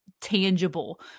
tangible